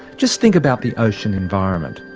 just think about the ocean environment.